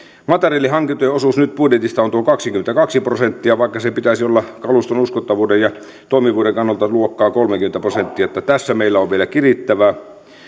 materiaalihankintojen osuus budjetista on nyt tuo kaksikymmentäkaksi prosenttia vaikka sen pitäisi olla kaluston uskottavuuden ja toimivuuden kannalta luokkaa kolmekymmentä prosenttia tässä meillä on vielä kirittävää